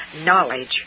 Knowledge